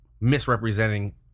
misrepresenting